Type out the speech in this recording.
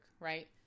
right